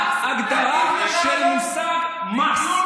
מה ההגדרה של המושג מס?